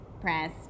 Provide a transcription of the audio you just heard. press